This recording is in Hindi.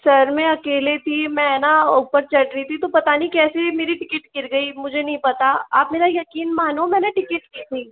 सर मैं अकेले थी मैं है ना ऊपर चढ़ रही थी तो पता नहीं कैसे मेरी टिकट गिर गई मुझे नहीं पता आप मेरा यकीन मानो मैंने टिकट ली थी